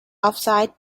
upside